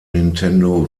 nintendo